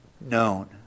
known